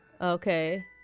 okay